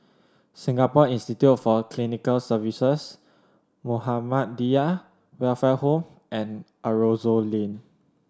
Singapore Institute for Clinical Services Muhammadiyah Welfare Home and Aroozoo Lane